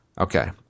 Okay